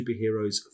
Superheroes